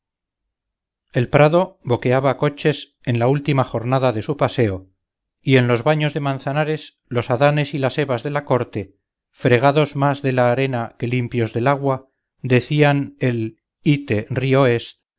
el prado boqueaba coches en la última jornada de su paseo y en los baños de manzanares los adanes y las evas de la corte fregados más de la arena que limpios del agua decían el ite río es